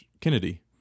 Kennedy